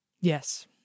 yes